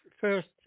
first